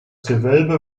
gewölbe